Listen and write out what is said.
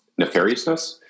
nefariousness